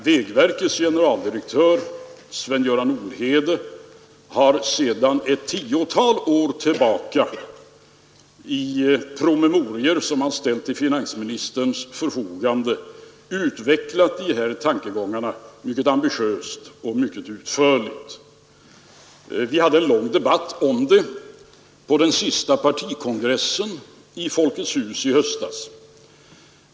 Vägverkets generaldirektör Sven-Göran Olhede har sedan ett tiotal år tillbaka i promemorior som han ställt till finansministerns förfogande utvecklat dessa tankegångar mycket ambitiöst och utförligt. Vi hade en lång debatt härom på den senaste partikongressen i Folkets Hus i höstas.